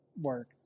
work